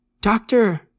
Doctor